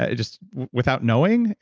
ah just without knowing,